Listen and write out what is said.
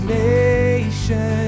nation